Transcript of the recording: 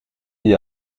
dit